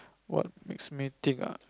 what makes me think ah